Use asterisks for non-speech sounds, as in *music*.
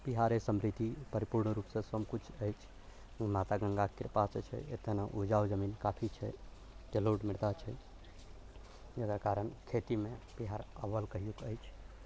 बिहारके समृद्धि परिपूर्ण रूपसँ सबकिछु अछि माता गङ्गाके कृपासँ छै एतऽ ने उपजाउ जमीन काफी छै जलौढ़ उर्वरता छै जकरा कारण खेतीमे बिहार *unintelligible* अछि